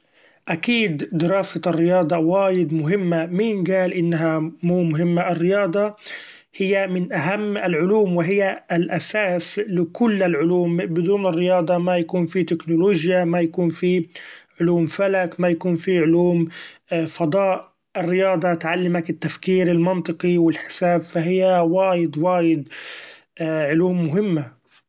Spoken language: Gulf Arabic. أكيد دراسة الرياضة وايد مهمة مين قال انها مو مهمة ، الرياضة هي من أهم العلوم و هي الأساس لكل العلوم ، بدون الرياضة ما يكون في تكنولوجيا ما يكون في علوم فلك ما يكون في علوم فضاء ، الرياضة تعلمك التفكير المنطقي و الحساب ف هي وايد وايد علوم مهمة.